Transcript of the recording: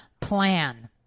plan